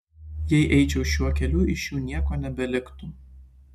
jei eičiau šiuo keliu iš jų nieko nebeliktų